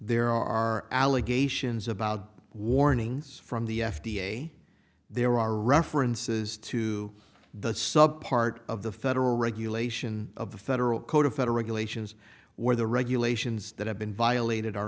there are allegations about warnings from the f d a there are references to the sub part of the federal regulation of the federal code of federal regulations where the regulations that have been violated are